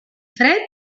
fred